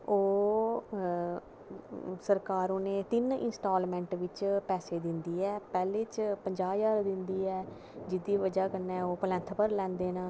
ते ओह् सरकार उनेंगी ती इंस्टालमेंट च पैसा दिंदी ऐ पैह्ले च पंजाह् ज्हार रपेआ दिंदी ऐ जेह्दी बजह कन्नै ओह् प्लैंथ भरी लैंदे न